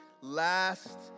last